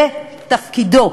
זה תפקידו,